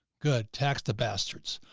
good tax, the bastards.